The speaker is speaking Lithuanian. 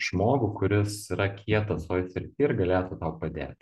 žmogų kuris yra kietas toj srity ir galėtų padėti